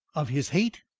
of his hate?